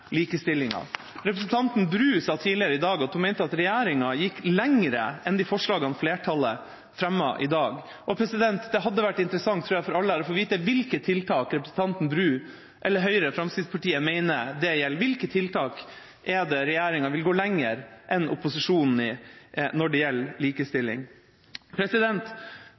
likestillinga. Representanten Bru sa tidligere i dag at hun mente at regjeringa gikk lenger enn de forslagene flertallet har fremmet i dag. Det hadde vært interessant for alle her å få vite hvilke tiltak representanten Bru eller Høyre og Fremskrittspartiet mener det gjelder. Hvilke tiltak fra regjeringa går lenger enn opposisjonens når det gjelder likestilling?